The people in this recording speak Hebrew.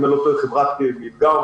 חברת מילגם.